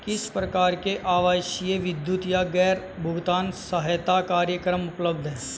किस प्रकार के आवासीय विद्युत या गैस भुगतान सहायता कार्यक्रम उपलब्ध हैं?